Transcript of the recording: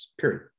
period